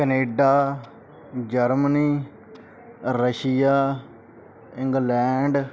Canada Germany Russia England